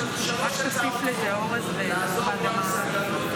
יש לנו שלוש הצעות חוק: לעזור לחקלאות בשמירה,